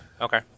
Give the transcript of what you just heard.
Okay